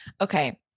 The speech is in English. Okay